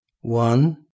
One